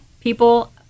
people